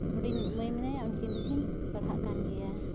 ᱦᱩᱰᱤᱧᱤᱡ ᱢᱟᱹᱭ ᱢᱮᱱᱟᱭᱟ ᱩᱱᱠᱤᱱ ᱫᱚᱠᱤᱱ ᱯᱟᱲᱦᱟᱜ ᱠᱟᱱ ᱜᱮᱭᱟ